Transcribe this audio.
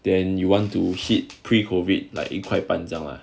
then you want to hit pre-COVID like 一块半这样啦